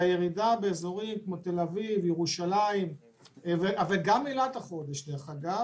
והירידה בתל-אביב, ירושלים ואילת מגיעה גם